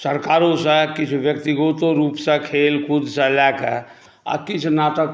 सरकारोसँ किछु व्यक्तिगतो रूपसँ खेल कूदसँ लऽ कऽ आ किछु नाटक